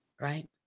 Right